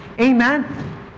amen